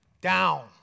down